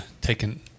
taken